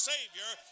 Savior